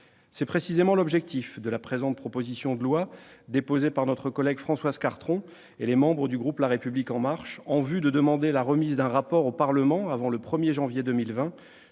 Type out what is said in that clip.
est précisément l'objectif de la présente proposition de loi, déposée par notre collègue Françoise Cartron et les membres du groupe La République En Marche, qui vise à demander la remise d'un rapport au Parlement, avant le 1 janvier 2020,